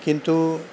কিন্তু